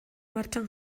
martxan